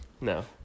No